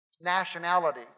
nationality